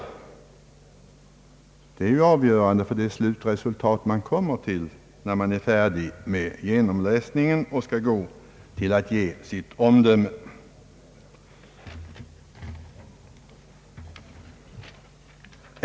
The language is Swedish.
Det är ju avgörande för det slutresultat man kommer till när man är färdig med genomläsningen och skall gå att avge sitt omdöme.